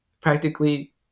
practically